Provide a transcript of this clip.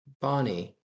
Bonnie